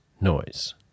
noise